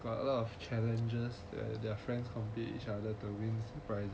got a lot of challenges to their friends compete with each other to win prizes